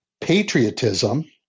patriotism